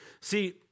See